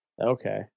Okay